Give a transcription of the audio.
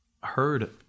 heard